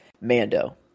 Mando